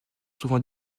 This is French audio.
souvent